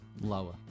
lower